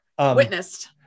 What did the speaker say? witnessed